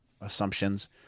assumptions